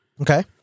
Okay